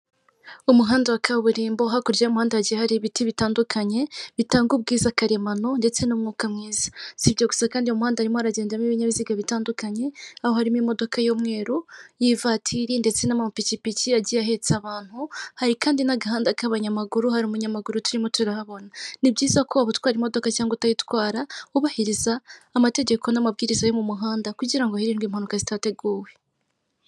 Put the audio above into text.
Umuhanda wa kaburimbo . Hakurya y'umuhanda hagiye hari ibiti bitandukanye, bitanga ubwiza karemano ndetse n'umwuka mwiza. Si ibyo gusa kandi umuhanda harimo haragendamo ibinyabiziga bitandukanye, aho harimo imodoka y'umweru y'ivatiri ndetse n'amapikipiki yagiye ahetse abantu. Hari kandi n'agahanda k'abanyamaguru, hari umunyamaguru turimo turahabona. Ni byiza ko waba utwara imodoka cyangwa utayitwara wubahiriza amategeko n'amabwiriza yo mu muhanda kugira ngo hirindwe impanuka zitateguwe.